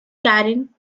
karen